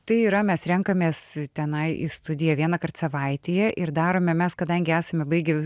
tai yra mes renkamės tenai į studiją vienąkart savaitėje ir darome mes kadangi esame baigę